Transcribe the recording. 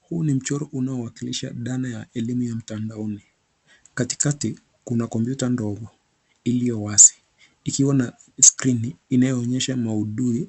Huu ni mchoro unaowakilisha dhana ya elimu ya mtandaoni. Katikati, kuna kompyuta ndogo iliyowazi ikiwa na skrini inayoonyesha maudhui